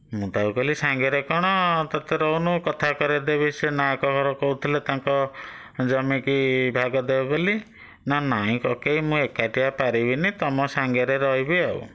ମୁଁ ତାକୁ କହିଲି ସାଙ୍ଗେରେ କ'ଣ ତତେ ରହୁନୁ କଥା କରେଇ ଦେବି ସେ ନାହକ ଘର କହୁଥିଲେ ତାଙ୍କ ଜମିକୁ ଭାଗ ଦେବେ ବୋଲି ନା ନାହିଁ କକେଇ ମୁଁ ଏକୁଟିଆ ପାରିବିନି ତୁମ ସାଙ୍ଗରେ ରହିବି ଆଉ